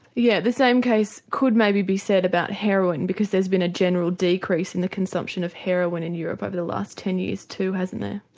yeah the same case could maybe be said about heroin because has been a general decrease in the consumption of heroin in europe over the last ten years too hasn't there?